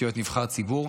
בשביל להיות נבחר ציבור.